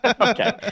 okay